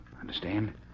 Understand